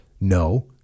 no